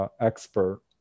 expert